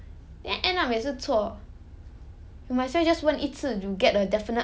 我问一个人 that that is not very sure also then end up 每次错